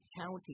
county